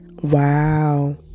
wow